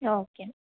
okay